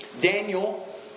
Daniel